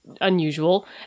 unusual